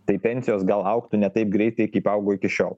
tai pensijos gal augtų ne taip greitai kaip augo iki šiol